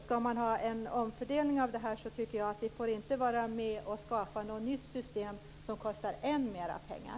Skall vi ha en omfördelning av det här tycker jag att vi inte får vara med om att skapa ett nytt system som kostar än mer pengar.